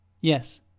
Yes